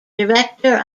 director